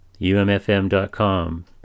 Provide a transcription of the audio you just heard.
umfm.com